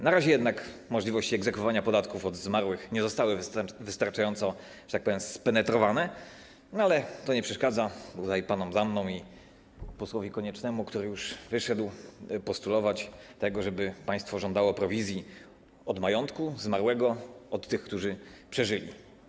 Na razie jednak możliwości egzekwowania podatków od zmarłych nie zostały wystarczająco, że tak powiem, spenetrowane, ale to nie przeszkadza panom za mną i posłowi Koniecznemu, który już wyszedł, postulować, by państwo żądało prowizji od majątku zmarłego od tych, który przeżyli.